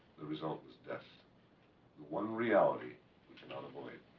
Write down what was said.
the result was death, the one reality we cannot avoid.